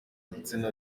gitsina